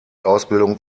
ausbildung